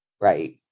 right